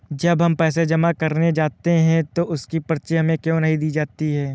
जब हम पैसे जमा करने जाते हैं तो उसकी पर्ची हमें क्यो नहीं दी जाती है?